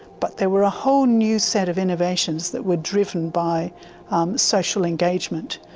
but there were a whole new set of innovations that were driven by social engagement,